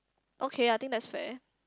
okay I think that's fair